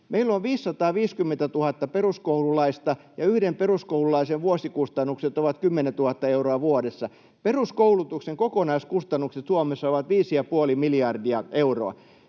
Meillä on 550 000 peruskoululaista, ja yhden peruskoululaisen vuosikustannukset ovat 10 000 euroa vuodessa. Peruskoulutuksen kokonaiskustannukset Suomessa ovat viisi ja puoli